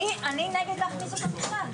אני נועלת את הדיון.